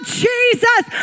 jesus